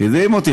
הדהים אותי.